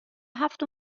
هفت